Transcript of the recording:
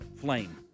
flame